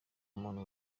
umuntu